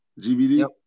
GBD